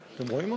אתם רואים אותה?